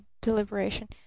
deliberation